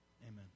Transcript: Amen